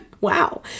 Wow